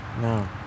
No